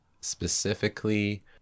Specifically